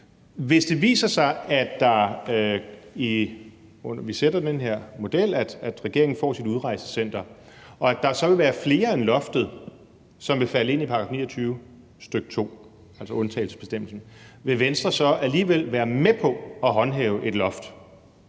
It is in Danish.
Hvis det viser sig, at regeringen med den her model får sit udrejsecenter, og at der så vil være flere end loftet, som vil falde ind under § 29, stk. 2, altså undtagelsesbestemmelsen, vil Venstre så alligevel være med på at håndhæve et loft?